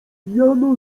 jano